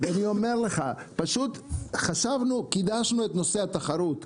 אני אומר לך, פשוט חשבנו, קידשנו את נושא התחרות.